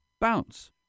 Bounce